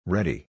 Ready